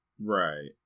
Right